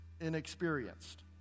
inexperienced